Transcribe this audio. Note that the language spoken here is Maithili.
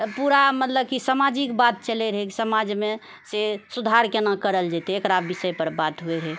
पूरा मतलब कि सामाजिक बात चलै रहै कि समाजमे से सुधार केना करल जेतै एकरा विषयपर बात होइ रहै